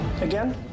Again